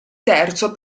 terzo